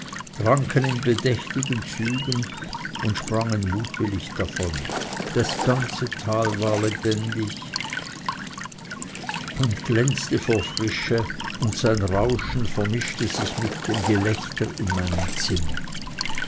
tranken in bedächtigen zügen und sprangen mutwillig davon das ganze tal war lebendig und glänzte vor frische und sein rauschen vermischte sich mit dem gelächter in meinem zimmer